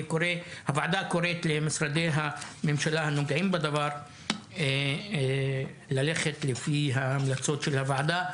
הוועדה קוראת למשרדי הממשלה הנוגעים בדבר ללכת לפי ההמלצות של הוועדה.